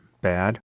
bad